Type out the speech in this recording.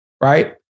right